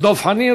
דב חנין.